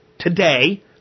Today